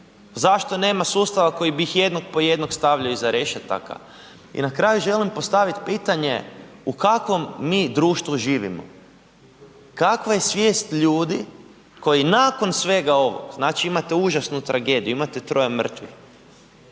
Zašto nema sustava koji bih jednog po jednog stavljao iza rešetaka? I na kraju želim postaviti pitanje u kakvom mi društvu živimo? Kakva je svijest ljudi koji nakon svega ovoga, znači imate užasnu tragediju, imate troje mrtvih,